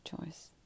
choice